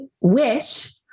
wish